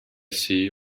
see